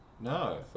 No